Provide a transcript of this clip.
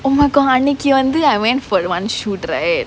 oh my god அன்னைக்கு வந்து:annaikku vanthu I went for one shoot right